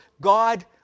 God